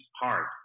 hard